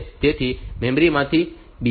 તેથી મેમરી માંથી બીજી બાઈટ લેવી પડશે